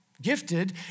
Gifted